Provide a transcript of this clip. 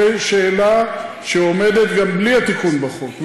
זו שאלה שעומדת גם בלי התיקון בחוק,